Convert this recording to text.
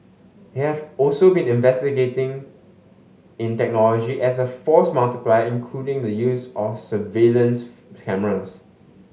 they have also been investing in technology as a force multiplier including the use of surveillance cameras